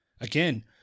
Again